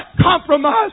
compromise